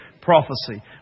prophecy